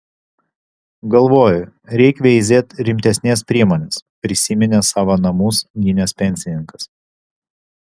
galvoju reik veizėt rimtesnės priemonės prisiminė savo namus gynęs pensininkas